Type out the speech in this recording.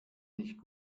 nicht